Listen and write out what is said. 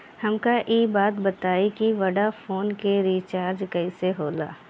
हमका ई बताई कि वोडाफोन के रिचार्ज कईसे होला?